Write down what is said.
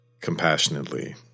compassionately